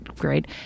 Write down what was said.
great